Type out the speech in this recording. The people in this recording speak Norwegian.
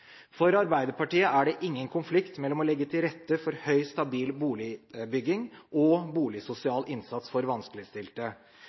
For Arbeiderpartiet er det ingen konflikt mellom å legge til rette for høy stabil boligbygging og